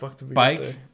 bike